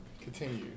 Continue